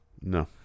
No